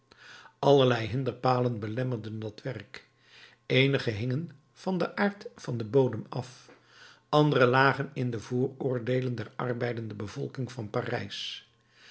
allerlei hinderpalen belemmerden dat werk eenige hingen van den aard van den bodem af andere lagen in de vooroordeelen der arbeidende bevolking van parijs